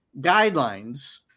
guidelines